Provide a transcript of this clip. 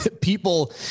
people